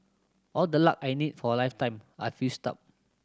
all the luck I need for a lifetime I've used up